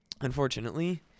unfortunately